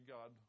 God